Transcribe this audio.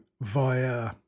via